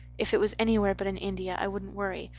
if it was anywhere but in india i wouldn't worry,